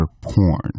porn